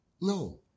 No